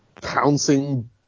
pouncing